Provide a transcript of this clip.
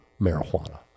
marijuana